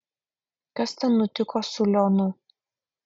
kas ten nutiko su lionu